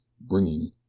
bringing